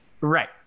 right